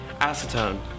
acetone